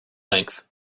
length